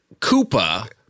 Koopa